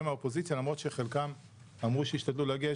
מהאופוזיציה למרות שחלקם אמרו שישתדלו להגיע,